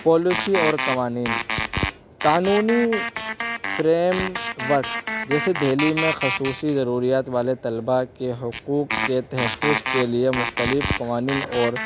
policy اور قوانین قانونی فریم ورک جیسے دہلی میں خصوصی ضروریات والے طلبہ کے حقوق کے تحفظ کے لیے مختلف قوانین اور